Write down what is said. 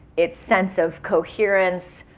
it's sense of coherence.